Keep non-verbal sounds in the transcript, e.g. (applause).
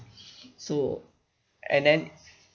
(breath) so and then